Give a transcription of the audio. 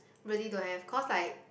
really don't have cause like